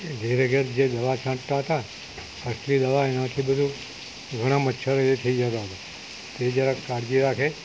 ઘેર ઘેર જે દવા છાંટતાં હતા આટલી દવાને આટલું બધું ઘણા મચ્છરો એથી થઈ જતા હતા તે જરાક કાળજી રાખે